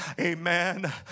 amen